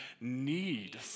need